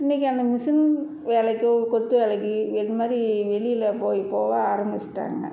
இன்னைக்கு அந்த மிஷின் வேலைக்கோ இல்லை கொத்து வேலைக்கு இந்தமாதிரி வெளியில போய் போவ ஆரமிச்சிவிட்டாங்க